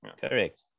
correct